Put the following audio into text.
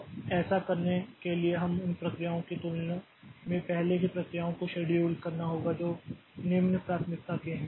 तो ऐसा करने के लिए हमें उन प्रक्रियाओं की तुलना में पहले की प्रक्रियाओं को शेड्यूल करना होगा जो निम्न प्राथमिकता के हैं